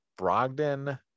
Brogdon